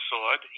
Sword